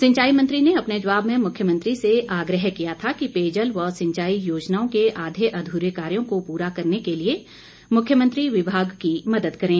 सिंचाई मंत्री ने अपने जवाब में मुख्यमंत्री से आग्रह किया था कि पेयजल व सिंचाई योजनाओं के आधे अधूरे कार्यो को पूरा करने के लिए मुख्यमंत्री विभाग की मदद करें